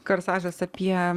korsažas apie